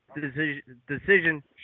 decision